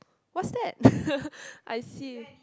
what's that I see